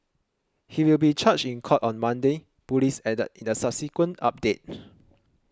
he will be charged in court on Monday police added in a subsequent update